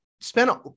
spent